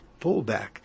pullback